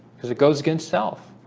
it goes against self